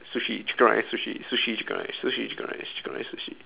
sushi chicken rice sushi sushi chicken rice sushi chicken rice chicken rice sushi